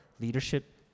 leadership